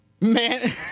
Man